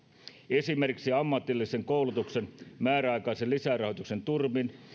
esimerkiksi ammatillisen koulutuksen määräaikaisen lisärahoituksen turvin